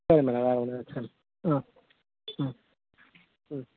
சரி மேடம் வேற ஒன்னுமில்ல சரி ஆ ம் ம்